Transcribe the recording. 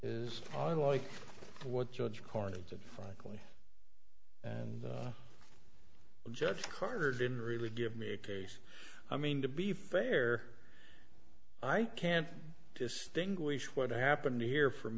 is on like what judge corns and frankly and judge carter didn't really give me a case i mean to be fair i can't distinguish what happened here from